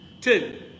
Two